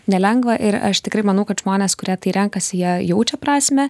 nelengva ir aš tikrai manau kad žmonės kurie tai renkasi jie jaučia prasmę